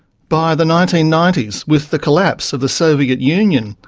by the nineteen ninety s, with the collapse of the soviet union,